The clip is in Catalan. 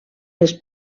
les